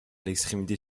l’extrémité